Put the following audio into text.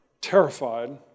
Terrified